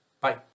Bye